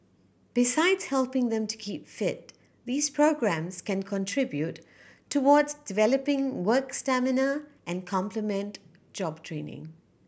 besides helping them to keep fit these programmes can contribute towards developing work stamina and complement job training